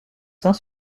saint